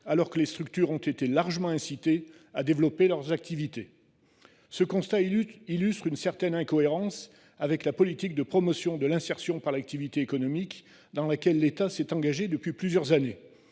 alors que les structures ont été largement incitées à développer leurs activités. Ce constat illustre une certaine incohérence avec la politique de promotion de l’insertion par l’activité économique dans laquelle l’État s’est engagé depuis plusieurs années.